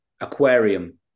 Aquarium